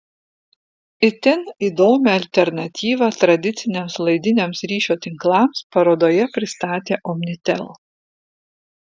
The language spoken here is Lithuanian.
itin įdomią alternatyvą tradiciniams laidiniams ryšio tinklams parodoje pristatė omnitel